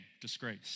disgrace